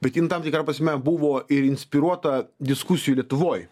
bet ji tam tikra prasme buvo ir inspiruota diskusijų lietuvoj